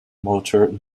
motor